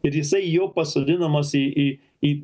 ir jisai jau pasodinamas į į į